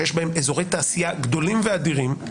שיש בהם אזורי תעשייה גדולים ואדירים,